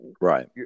Right